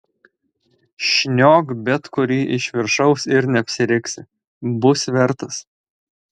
šniok bet kurį iš viršaus ir neapsiriksi bus vertas